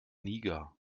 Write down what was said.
niger